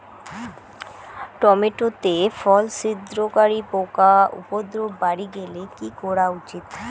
Tomato তে ফল ছিদ্রকারী পোকা উপদ্রব বাড়ি গেলে কি করা উচিৎ?